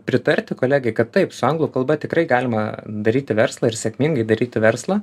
pritarti kolegai kad taip su anglų kalba tikrai galima daryti verslą ir sėkmingai daryti verslą